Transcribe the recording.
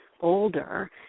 older